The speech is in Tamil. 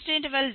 1250